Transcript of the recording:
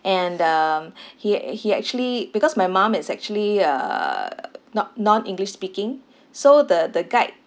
and um he he actually because my mum is actually uh not non-english speaking so the the guide